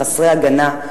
חסרי הגנה,